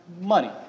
money